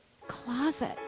closet